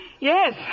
Yes